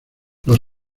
los